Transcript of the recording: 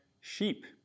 sheep